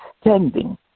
standing